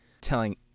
Telling